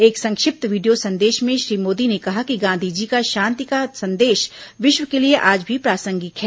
एक संक्षिप्त वीडियो संदेश में श्री मोदी ने कहा कि गांधीजी का शांति का संदेश विश्व के लिए आज भी प्रासंगिक है